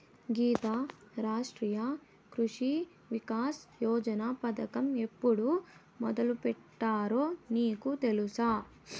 గీతా, రాష్ట్రీయ కృషి వికాస్ యోజన పథకం ఎప్పుడు మొదలుపెట్టారో నీకు తెలుసా